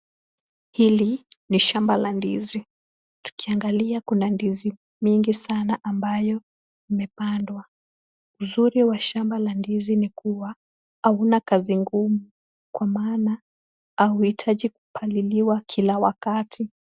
Hili ni shamba la ndizi, tukiangalia kuna ndizi mingi sana ambayo imepandwa, uzuri wa shamba la ndizi ni kuwa hauna kazi ngumu kwa maana hauhitaji kupaliliwa kila wakati.